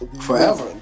forever